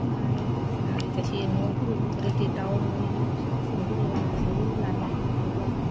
ओमफ्राय जासे न'फोरावबो बिदि दाउ मै जोंबो लायो लानाया